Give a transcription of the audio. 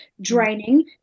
draining